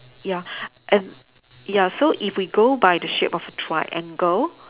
ya and ya so if we go by the shape of the triangle